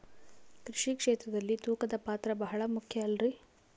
ಕೃಷಿ ಕ್ಷೇತ್ರದಲ್ಲಿ ತೂಕದ ಪಾತ್ರ ಬಹಳ ಮುಖ್ಯ ಅಲ್ರಿ?